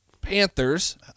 Panthers